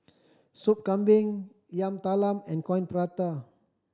Sup Kambing Yam Talam and Coin Prata